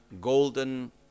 golden